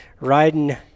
riding